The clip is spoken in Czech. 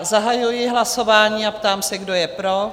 Zahajuji hlasování a ptám se, kdo je pro?